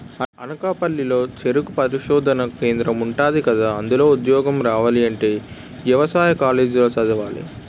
అనకాపల్లి లో చెరుకు పరిశోధనా కేంద్రం ఉందికదా, అందులో ఉద్యోగం రావాలంటే యవసాయ కాలేజీ లో చదవాలి